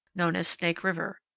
known as snake river.